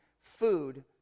food